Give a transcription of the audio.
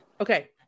okay